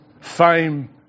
Fame